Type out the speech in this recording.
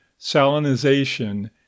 salinization